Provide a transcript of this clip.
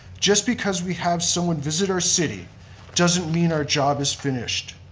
just because we have someone visit our city doesn't mean our job is finished.